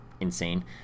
insane